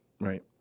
right